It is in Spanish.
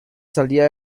salía